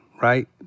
right